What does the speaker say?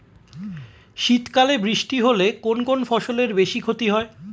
শীত কালে বৃষ্টি হলে কোন কোন ফসলের বেশি ক্ষতি হয়?